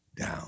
down